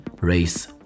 Race